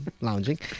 Lounging